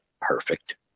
perfect